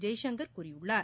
ஜெய்சங்கர் கூறியுள்ளார்